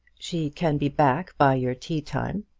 she can be back by your tea time.